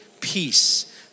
Peace